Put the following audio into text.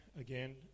again